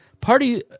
party